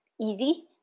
easy